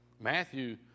Matthew